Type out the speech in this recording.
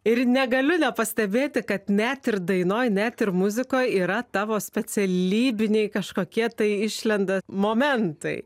ir negali nepastebėti kad net ir dainoj net ir muzikoj yra tavo specialybiniai kažkokie tai išlenda momentai